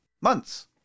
Months